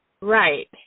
Right